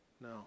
No